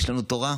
יש לנו תורה,